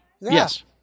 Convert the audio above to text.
Yes